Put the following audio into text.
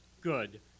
good